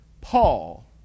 Paul